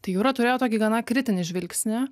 tai jūra turėjo tokį gana kritinį žvilgsnį